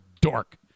dork